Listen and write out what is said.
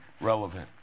relevant